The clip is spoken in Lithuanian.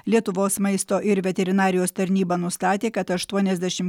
lietuvos maisto ir veterinarijos tarnyba nustatė kad aštuoniasdešimt